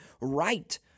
right